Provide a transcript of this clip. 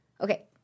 okay